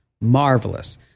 marvelous